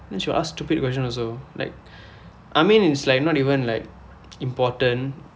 then she will ask stupid question also like I mean it's like not even like important